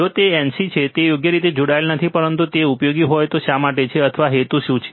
જો તે NC છે જે યોગ્ય રીતે જોડાયેલ નથી પરંતુ જો તે ઉપયોગી હોય તો તે શા માટે છે અથવા હેતુ શું છે